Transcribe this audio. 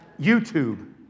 YouTube